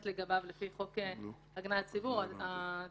לגביו לפי חוק ההגנה על הציבור --- אני